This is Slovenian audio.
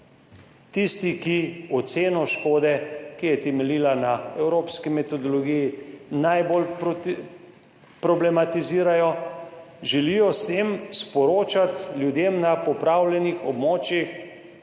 Tisti, ki oceno škode, ki je temeljila na evropski metodologiji, najbolj problematizirajo, želijo s tem sporočati ljudem na poplavljenih območjih,